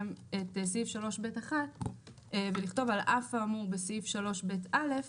סעיף 3ב1 ולכתוב: על אף האמור בסעיף 3ב(א),